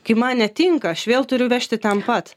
kai man netinka aš vėl turiu vežti ten pat